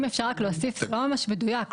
אם אפשר רק להוסיף, זה לא ממש מדויק.